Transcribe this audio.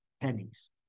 pennies